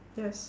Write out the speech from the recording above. yes